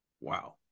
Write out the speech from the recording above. Wow